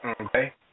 Okay